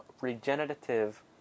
regenerative